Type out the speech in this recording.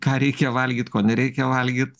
ką reikia valgyt ko nereikia valgyt